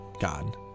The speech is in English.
God